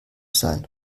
sein